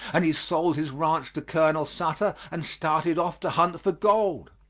and he sold his ranch to colonel sutter and started off to hunt for gold.